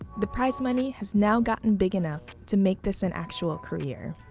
the prize money has now gotten big enough to make this an actual career.